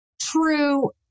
true